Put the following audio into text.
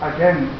Again